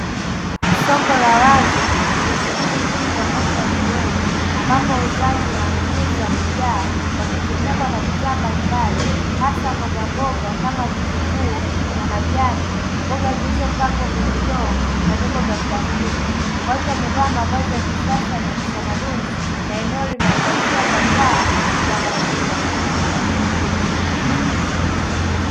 Soko la wazi lenye shughuli nyingi wakati wa jioni ambapo wauuzaji na wananunuzi wamejaa wakizungukwa na bidhaa mbalimbali hasa mboga kama vitunguu na majani, mboga zilizopangwa kwenye ndoo na vyombo vya plastiki watu wamevaa mavazi ya kisasa na ya kitamaduni na eneo limeangaziwa kwa taa za bandia.